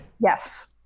Yes